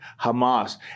Hamas